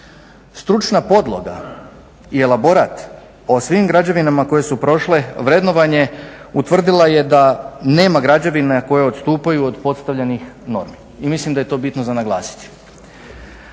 Stručna podloga je elaborat o svim građevinama koje su prošle vrednovanje utvrdila je da nema građevina koja odstupaju od postavljenih normi i mislim da je to bitno za naglasiti.